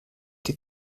die